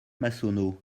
massonneau